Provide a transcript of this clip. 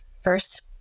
first